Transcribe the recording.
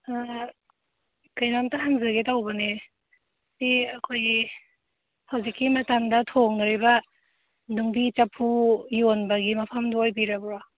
ꯀꯩꯅꯣꯝꯇ ꯍꯪꯖꯒꯦ ꯇꯧꯕꯅꯦ ꯁꯤ ꯑꯩꯈꯣꯏꯒꯤ ꯍꯧꯖꯤꯛꯀꯤ ꯃꯇꯝꯗ ꯊꯣꯡꯅꯔꯤꯕ ꯅꯨꯡꯕꯤ ꯆꯐꯨ ꯌꯣꯟꯕꯒꯤ ꯃꯐꯝꯗꯣ ꯑꯣꯏꯕꯤꯔꯕ꯭ꯔꯣ